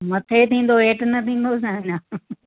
मथे थींदो हेठि न थींदो छा अञा